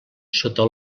sota